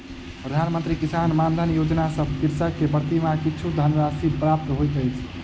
प्रधान मंत्री किसान मानधन योजना सॅ कृषक के प्रति माह किछु धनराशि प्राप्त होइत अछि